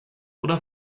oder